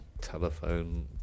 telephone